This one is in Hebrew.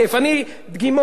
לא שאלתי אותך.